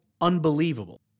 unbelievable